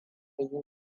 yi